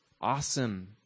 awesome